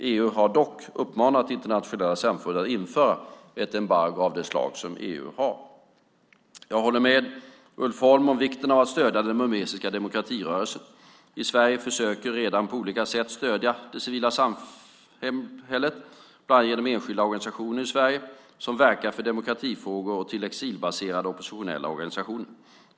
EU har dock uppmanat internationella samfundet att införa ett embargo av det slag som EU har. Jag håller med Ulf Holm om vikten av att stödja den burmesiska demokratirörelsen. Sverige försöker redan på olika sätt stödja det civila samhället, bland annat genom enskilda organisationer i Sverige som verkar för demokratifrågor och till exilbaserade oppositionella organisationer.